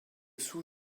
sous